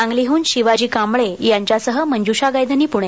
सांगलीहन शिवाजी कांबळे यांच्यासह मंजुषा गायधनी पुणे